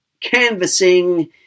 canvassing